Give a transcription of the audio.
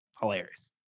Hilarious